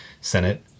Senate